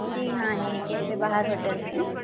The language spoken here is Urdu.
جی ہاں نیچے سے باہر ہوٹل ہے